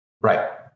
right